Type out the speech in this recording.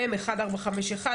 מ/1451,